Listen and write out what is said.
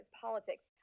politics